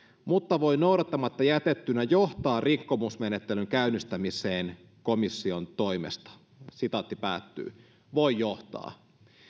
mutta voi noudattamatta jätettynä johtaa rikkomusmenettelyn käynnistämiseen komission toimesta voi johtaa